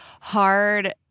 hard